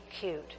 cute